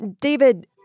David